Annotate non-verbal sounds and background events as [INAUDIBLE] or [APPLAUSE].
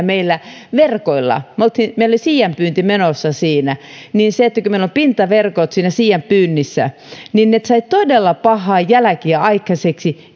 [UNINTELLIGIBLE] meillä verkoilla meillä oli siianpyynti menossa siinä ja kun meillä on pintaverkot siinä siian pyynnissä niin se sai todella pahaa jälkeä aikaiseksi [UNINTELLIGIBLE]